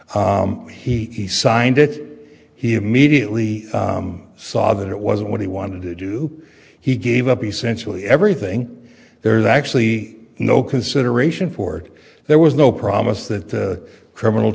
it he signed it he immediately saw that it wasn't what he wanted to do he gave up essentially everything there's actually no consideration for there was no promise that the criminal